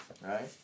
right